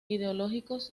ideológico